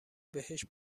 بهشت